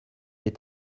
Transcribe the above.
est